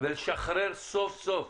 ולשחרר סוף סוף.